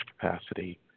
capacity